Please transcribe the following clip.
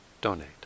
donate